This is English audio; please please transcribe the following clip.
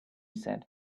said